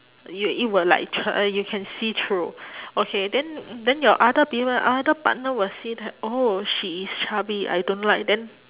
it it will like tr~ uh you can see through okay then then your other people other partner will see that oh she is chubby I don't like then